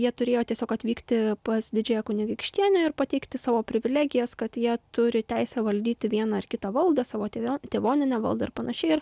jie turėjo tiesiog atvykti pas didžiąją kunigaikštienę ir pateikti savo privilegijas kad jie turi teisę valdyti vieną ar kitą valdą savo tėvo tėvoninę valdą ir panašiai ir